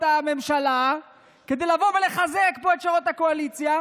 הממשלה כדי לבוא ולחזק פה את שורות הקואליציה.